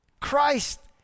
Christ